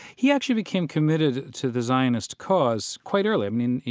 he actually became committed to the zionist cause quite early. i mean,